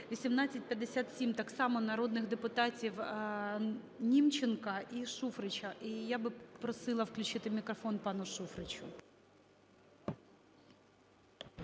1857 так само народних депутатів Німченка і Шуфрича. І я би просила включити мікрофон пану Шуфричу.